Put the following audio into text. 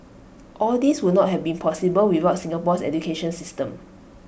all these would not have been possible without Singapore's education system